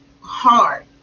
hard